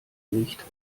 nicht